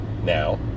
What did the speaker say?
Now